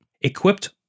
Equipped